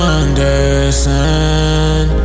understand